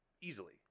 easily